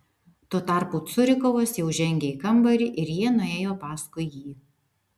tuo tarpu curikovas jau žengė į kambarį ir jie nuėjo paskui jį